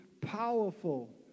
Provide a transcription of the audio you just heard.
powerful